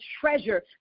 treasure